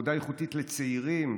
עבודה איכותית לצעירים.